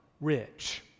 rich